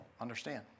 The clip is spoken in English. understand